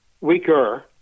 weaker